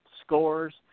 scores